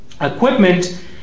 equipment